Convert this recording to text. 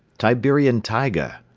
siberian taiga!